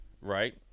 right